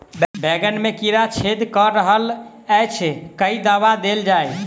बैंगन मे कीड़ा छेद कऽ रहल एछ केँ दवा देल जाएँ?